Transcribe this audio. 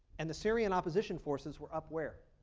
and the syrian opposition forces were up where?